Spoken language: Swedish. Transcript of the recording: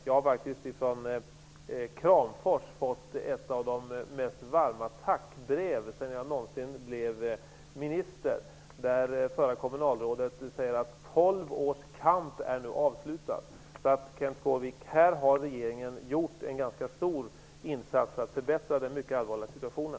Jag har faktiskt från Kramfors fått ett av de varmaste tackbrev som jag någonsin fått såsom minister. Förre kommunalrådet förklarar att tolv års kamp nu är avslutad. Här har regeringen, Kenth Skårvik, gjort en ganska stor insats för att förbättra den mycket allvarliga situationen.